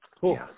Cool